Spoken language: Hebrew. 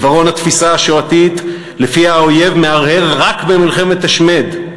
עיוורון התפיסה השואתית שלפיה האויב מהרהר רק במלחמת השמד,